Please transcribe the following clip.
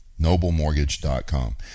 Noblemortgage.com